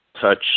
touch